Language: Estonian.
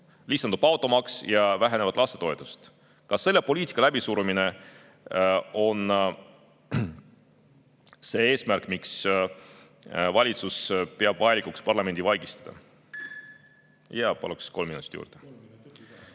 lisandub automaks ja vähenevad lastetoetused? Kas selle poliitika läbisurumine on see eesmärk, miks valitsus peab vajalikuks parlament vaigistada? Paluks kolm minutit juurde.